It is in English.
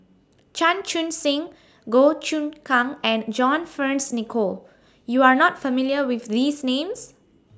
Chan Chun Sing Goh Choon Kang and John Fearns Nicoll YOU Are not familiar with These Names